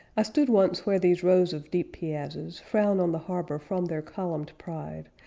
i stood once where these rows of deep piazzas frown on the harbor from their columned pride,